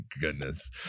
goodness